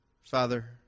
Father